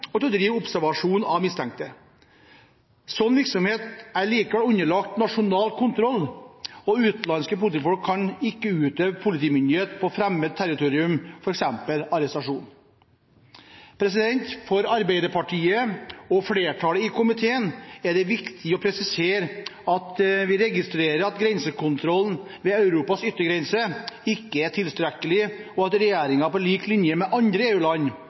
og til å drive observasjon av mistenkte. Slik virksomhet er likevel underlagt nasjonal kontroll, og utenlandske politifolk kan ikke utøve politimyndighet på fremmed territorium, f.eks. arrestasjon. For Arbeiderpartiet og flertallet i komiteen er det viktig å presisere at vi registrerer at grensekontrollen ved Europas yttergrense ikke er tilstrekkelig, og at regjeringen på lik linje med andre